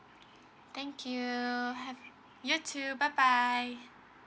thank you have you too bye bye